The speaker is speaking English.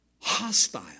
hostile